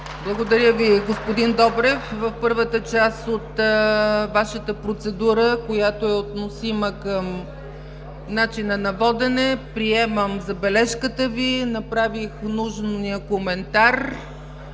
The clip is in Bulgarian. Благодаря Ви, господин Добрев. В първата част от Вашата процедура, която е относима към начина на водене, приемам забележката Ви. Направих нужния коментар